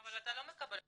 אבל אתה לא מקבל החלטות,